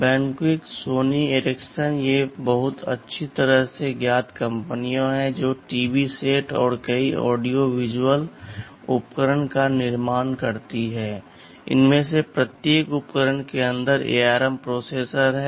Benq Sony Ericsson ये बहुत अच्छी तरह से ज्ञात कंपनियां हैं जो टीवी सेट और कई ऑडियो विजुअल उपकरण का निर्माण करती हैं इनमें से प्रत्येक उपकरण के अंदर ARM प्रोसेसर हैं